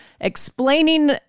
explaining